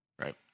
right